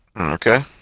Okay